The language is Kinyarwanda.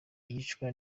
iyicwa